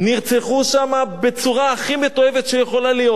נרצחו שם בצורה הכי מתועבת שיכולה להיות.